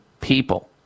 people